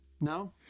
No